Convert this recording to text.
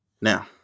now